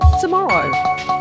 tomorrow